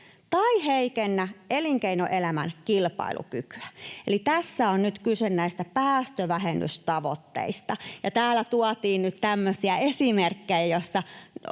tai heikennä elinkeinoelämän kilpailukykyä.” Eli tässä on nyt kyse näistä päästövähennystavoitteista. Ja täällä tuotiin nyt tämmöisiä esimerkkejä,